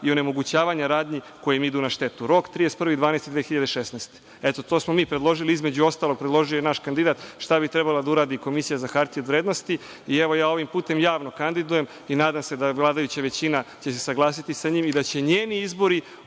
i onemogućavanja radnji koje im idu na štetu. Rok 31.12.2016. godine. To smo mi predložili. Između ostalog, predložio je i naš kandidat šta bi trebala da uradi Komisija za hartije od vrednosti i ja je ovim putem javno kandidujem i nadam se da će se vladajuća većina usaglasiti sa njom i da će njeni izbori